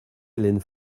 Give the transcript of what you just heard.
hélène